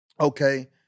okay